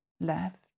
left